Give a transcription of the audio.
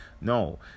No